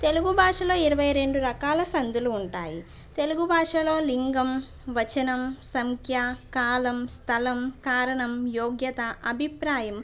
తెలుగు భాషలో ఇరవైరెండు రకాల సందులు ఉంటాయి తెలుగు భాషలో లింగం వచనం సంఖ్య కాలం స్థలం కారణం యోగ్యత అభిప్రాయం